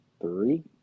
three